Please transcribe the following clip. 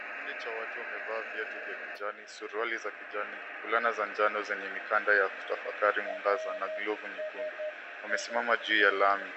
Kiku Di cha watu wamevaa mashati ya kijani, suruali za kijani fulana njano zenye mikanda ya kutafakari mwangaza na glovu nyekundu. Wamesimama juu ya lami,